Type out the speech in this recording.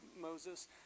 Moses